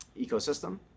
ecosystem